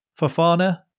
Fafana